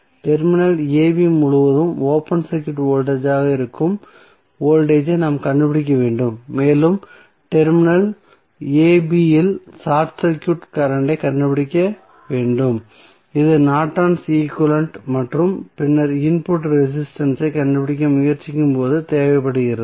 terminal a b முழுவதும் open circuit voltage ஆக இருக்கும் வோல்டேஜ் ஐ நாம் கண்டுபிடிக்க வேண்டும் மேலும் டெர்மினல் a b இல் ஷார்ட் சர்க்யூட் கரண்ட் ஐக் கண்டுபிடிக்க வேண்டும் இது நார்டன்ஸ் ஈக்வலன்ட் Nortons equivalent மற்றும் பின்னர் இன்புட் ரெசிஸ்டன்ஸ் ஐ கண்டுபிடிக்க முயற்சிக்கும்போது தேவைப்படுகிறது